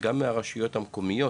מהרשויות המקומיות